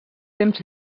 temps